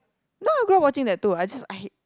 no I grew up watching that too I just I hate